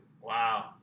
Wow